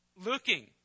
looking